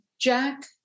Jack